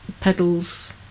pedals